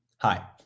Hi